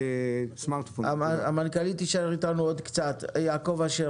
חבר הכנסת מקלב,